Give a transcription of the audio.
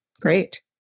great